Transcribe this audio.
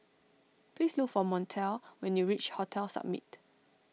please look for Montel when you reach Hotel Summit